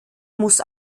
muss